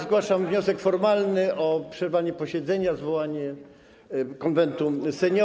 Zgłaszam wniosek formalny o przerwanie posiedzenia, zwołanie Konwentu Seniorów.